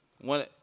one